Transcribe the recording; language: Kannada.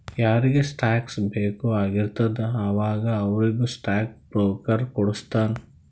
ಯಾರಿಗ್ ಸ್ಟಾಕ್ಸ್ ಬೇಕ್ ಆಗಿರ್ತುದ ಅವಾಗ ಅವ್ರಿಗ್ ಸ್ಟಾಕ್ ಬ್ರೋಕರ್ ಕೊಡುಸ್ತಾನ್